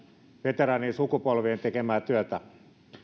veteraanisukupolviemme tekemää työtä